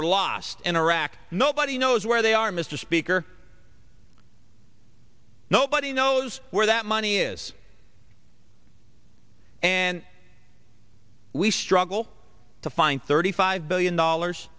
are lost in iraq nobody knows where they are mr speaker nobody knows where that money is and we struggle to find thirty five billion dollars